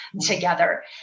together